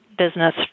business